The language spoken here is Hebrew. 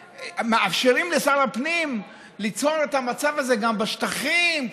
מאפשרים לשר הפנים ליצור את המצב הזה גם בשטחים.